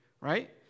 right